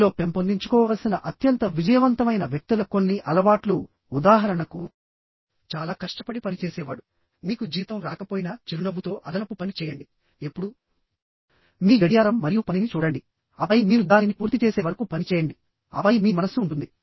మీలో పెంపొందించుకోవలసిన అత్యంత విజయవంతమైన వ్యక్తుల కొన్ని అలవాట్లు ఉదాహరణకు చాలా కష్టపడి పనిచేసేవాడు మీకు జీతం రాకపోయినా చిరునవ్వుతో అదనపు పని చేయండి ఎప్పుడూ మీ గడియారం మరియు పనిని చూడండి ఆపై మీరు దానిని పూర్తి చేసే వరకు పని చేయండి ఆపై మీ మనస్సు ఉంటుంది